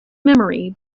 memory